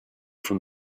from